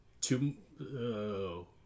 two